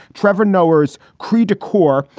trevor noah's creed to core,